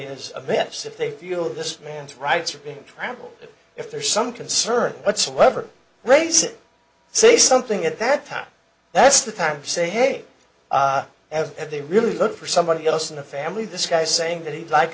is a bit stiff they feel this man's rights are being trampled if there's some concern whatsoever raise it say something at that time that's the time to say hey ever have they really looked for somebody else in the family this guy saying that he'd like